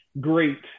Great